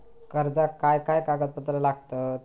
कर्जाक काय काय कागदपत्रा लागतत?